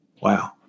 Wow